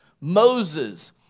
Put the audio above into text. Moses